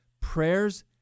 prayers